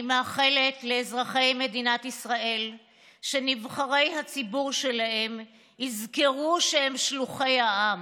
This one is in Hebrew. אני מאחלת לאזרחי מדינת ישראל שנבחרי הציבור שלהם יזכרו שהם שלוחי העם,